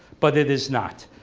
but it is not.